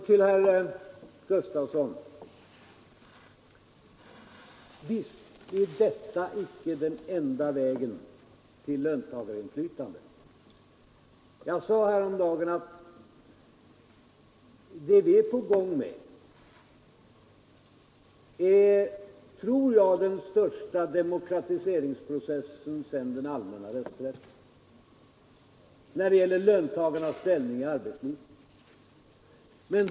Till herr Gustafson i Göteborg vill jag säga: Visst är det sant att detta icke är den enda vägen till löntagarinflytande. Jag sade häromdagen att det som vi är på gång med är, tror jag, den största demokratiseringsprocessen sedan den allmänna rösträtten infördes. Det gäller löntagarnas ställning i arbetslivet.